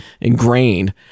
ingrained